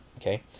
okay